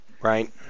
right